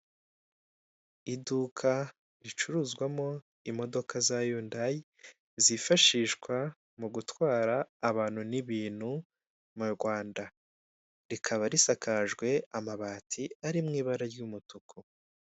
Iduka ricuruzwamo za yundayi zifashishwa mu gutwara abantu n'ibintu mu Rwanda, rikaba risakajwe amabati ari mu ibara ry'umutuku.